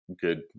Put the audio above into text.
good